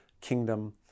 kingdom